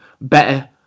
better